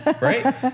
right